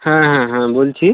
হ্যাঁ হ্যাঁ হ্যাঁ বলছি